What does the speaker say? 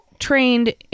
trained